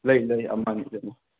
ꯂꯩ ꯂꯩ ꯑꯃꯅꯤꯗꯅꯦ